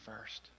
first